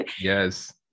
Yes